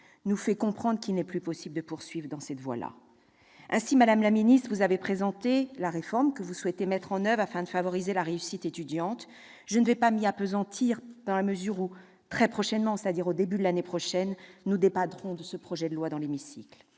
nous fait comprendre qu'il n'est plus possible de poursuivre dans cette voie. Madame la ministre, vous avez présenté la réforme que vous souhaitez mettre en oeuvre afin de favoriser la réussite étudiante. Je ne m'y appesantirai pas, dans la mesure où nous débattrons prochainement, c'est-à-dire au début de l'année prochaine, de ce projet de loi dans l'hémicycle.